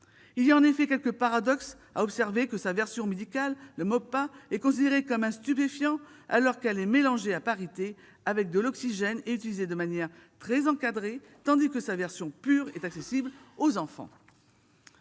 Il y a en effet quelque paradoxe à observer que la version médicale de cette substance, le Méopa, est considérée comme un stupéfiant alors qu'elle est mélangée à parité avec de l'oxygène et utilisée de manière très encadrée, tandis que sa version pure est accessible aux enfants.